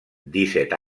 disset